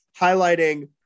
highlighting